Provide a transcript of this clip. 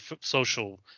social